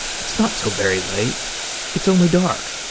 it's not so very late it's only dark.